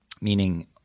meaning